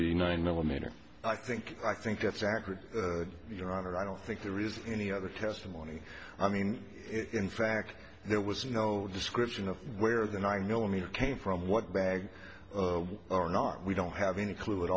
the nine millimeter i think i think that's accurate your honor i don't think there is any other testimony i mean in fact there was no description of where the nine millimeter came from what bag or not we don't have any clue at